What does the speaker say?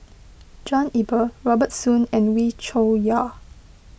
John Eber Robert Soon and Wee Cho Yaw